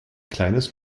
kleines